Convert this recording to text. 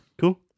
Cool